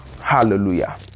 Hallelujah